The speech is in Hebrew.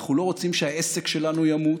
אנחנו לא רוצים שהעסק שלנו ימות.